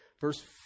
Verse